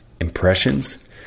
impressions